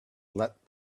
let